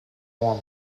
warm